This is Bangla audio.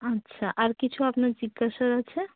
আচ্ছা আর কিছু আপনার জিজ্ঞাসার আছে